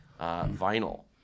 vinyl